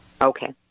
Okay